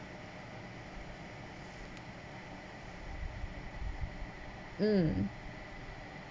mm